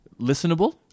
listenable